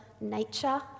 nature